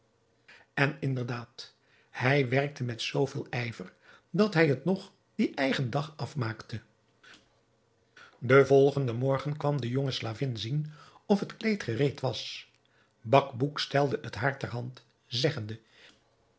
en inderdaad hij werkte met zoo veel ijver dat hij het nog dien eigen dag afmaakte den volgenden morgen kwam de jonge slavin zien of het kleed gereed was bacbouc stelde het haar ter hand zeggende